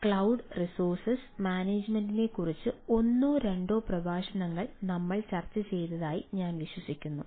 cloud resource മാനേജുമെന്റിനെക്കുറിച്ച് ഒന്നോ രണ്ടോ പ്രഭാഷണങ്ങൾ ഞങ്ങൾ ചർച്ച ചെയ്തതായി ഞാൻ വിശ്വസിക്കുന്നു